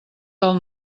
del